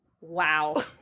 Wow